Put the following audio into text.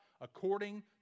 according